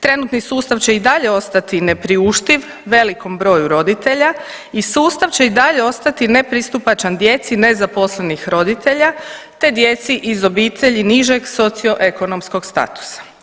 Trenutni sustav će i dalje ostati ne priuštiv velikom broju roditelja i sustav će i dalje ostati nepristupačan djeci nezaposlenih roditelja te djeci iz obitelji nižeg socioekonomskog statusa.